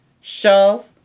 shove